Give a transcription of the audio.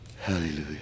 Hallelujah